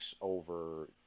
over